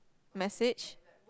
message